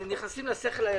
שנכנסים לשכל הישר.